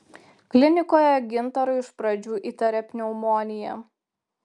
klinikoje gintarui iš pradžių įtarė pneumoniją